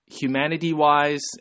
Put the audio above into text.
humanity-wise